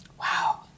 Wow